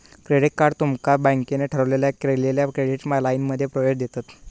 credit card तुमका बँकेन ठरवलेल्या केलेल्या क्रेडिट लाइनमध्ये प्रवेश देतत